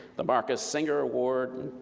the marcus singer award,